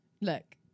Look